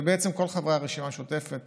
בעצם כל חברי הרשימה המשותפת